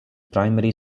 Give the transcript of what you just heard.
primary